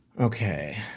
Okay